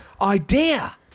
idea